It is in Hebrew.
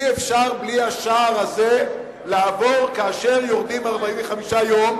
אי-אפשר בלי השער הזה לעבור כאשר יורדים מ-45 יום,